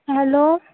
hello